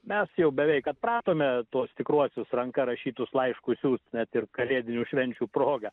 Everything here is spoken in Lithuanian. mes jau beveik atpratome tuos tikruosius ranka rašytus laiškus siųst net ir kalėdinių švenčių proga